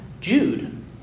Jude